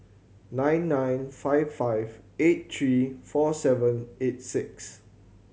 nine nine five five eight three four seven eight six